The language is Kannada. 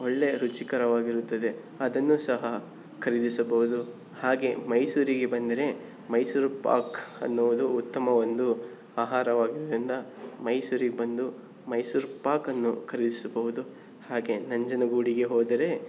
ಒಳ್ಳೆಯ ರುಚಿಕರವಾಗಿರುತ್ತದೆ ಅದನ್ನು ಸಹ ಖರೀದಿಸಬಹುದು ಹಾಗೆ ಮೈಸೂರಿಗೆ ಬಂದರೆ ಮೈಸೂರು ಪಾಕ್ ಅನ್ನುವುದು ಉತ್ತಮ ಒಂದು ಆಹಾರವಾಗಿರೋದ್ರಿಂದ ಮೈಸೂರಿಗೆ ಬಂದು ಮೈಸೂರು ಪಾಕನ್ನು ಖರೀದಿಸಬಹುದು ಹಾಗೆ ನಂಜನಗೂಡಿಗೆ ಹೋದರೆ